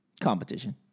Competition